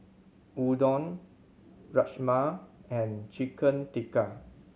Udon Rajma and Chicken Tikka